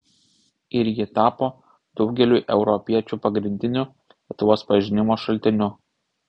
ir ji tapo daugeliui europiečių pagrindiniu lietuvos pažinimo šaltiniu